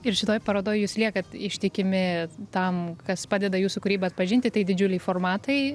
ir šitoj parodoj jūs liekat ištikimi tam kas padeda jūsų kūrybą atpažinti tai didžiuliai formatai